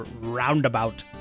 roundabout